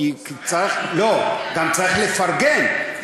גם צריך לפרגן,